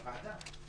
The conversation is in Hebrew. הוועדה.